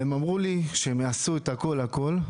והם אמרו לי שהם יעשו את הכל הכל.